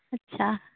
ᱟᱪᱪᱷᱟ